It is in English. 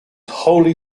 wholly